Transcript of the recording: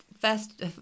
first